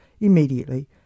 immediately